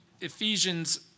Ephesians